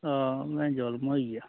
हां मैं जुल्म होई गेआ